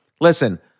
listen